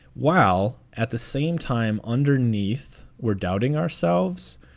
wow. at the same time, underneath, we're doubting ourselves.